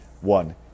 One